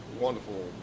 wonderful